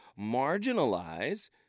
marginalize